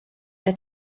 der